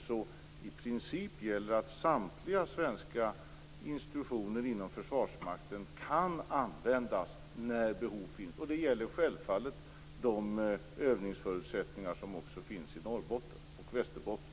Så i princip gäller att samtliga svenska institutioner inom Försvarsmakten kan användas när behov finns, och det gäller självfallet de övningsförutsättningar som också finns i Norrbotten och Västerbotten.